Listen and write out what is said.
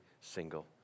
single